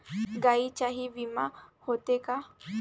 गायींचाही विमा होते का?